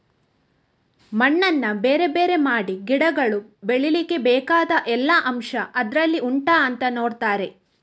ಮಣ್ಣನ್ನ ಬೇರೆ ಬೇರೆ ಮಾಡಿ ಗಿಡಗಳು ಬೆಳೀಲಿಕ್ಕೆ ಬೇಕಾದ ಎಲ್ಲಾ ಅಂಶಗಳು ಅದ್ರಲ್ಲಿ ಉಂಟಾ ಅಂತ ನೋಡ್ತಾರೆ